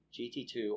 GT2